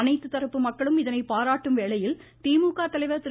அனைத்து தரப்பு மக்களம் இதனை பாராட்டும் வேளையில் திமுக தலைவர் திரு